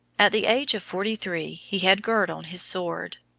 at the age of forty-three he had girt on his sword.